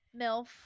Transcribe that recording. milf